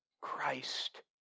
Christ